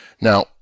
now